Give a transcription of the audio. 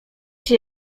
się